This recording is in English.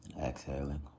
Exhaling